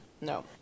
no